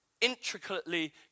intricately